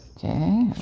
Okay